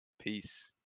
Peace